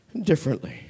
differently